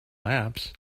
maps